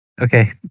Okay